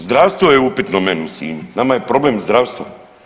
Zdravstveno je upitno meni u Sinju, nama je problem zdravstvo.